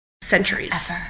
centuries